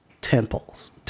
temples